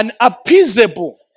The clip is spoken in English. unappeasable